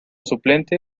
suplente